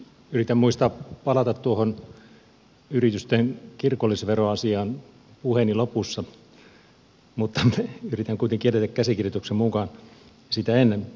yritän muistaa palata tuohon yritysten kirkollisveroasiaan puheeni lopussa mutta yritän kuitenkin edetä käsikirjoituksen mukaan sitä ennen